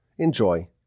Enjoy